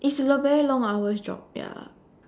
it's a very long hour job ya